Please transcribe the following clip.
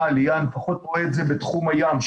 עלייה אני לפחות רואה את זה בתחום הים,